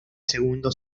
segundo